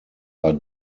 are